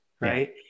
Right